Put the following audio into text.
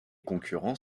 concurrents